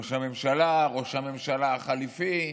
ראש הממשלה, ראש הממשלה החליפי,